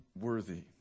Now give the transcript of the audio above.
worthy